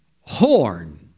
horn